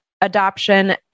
adoption